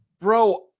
bro